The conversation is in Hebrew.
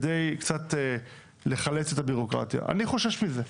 על מנת קצת לחלץ את הבירוקרטיה, אני חושש מזה.